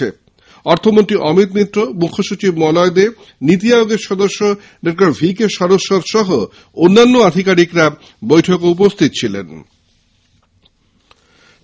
রাজ্যের অর্থমন্ত্রী অমিত মিত্র মুখ্যসচিব মলয় দে নীতি আয়োগের সদস্য ডঃ ভি কে সারস্বত সহ অন্যান্য আধিকারিকেরা বৈঠকে উপস্হিত ছিলেন